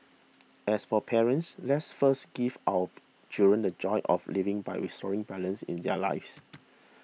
as for parents let's first give our children the joy of living by restoring balance in their lives